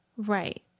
Right